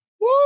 Woo